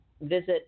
Visit